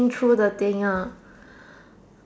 think through the thing ah